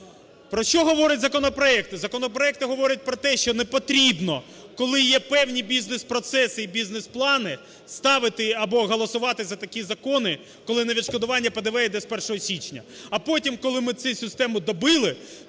Про що говорять законопроекти? Законопроекти говорять про те, що не потрібно, коли є певні бізнес-процеси і бізнес-плани ставити або голосувати за такі закони, коли невідшкодування ПДВ іде з 1 січня. А потім, коли ми цю систему добили,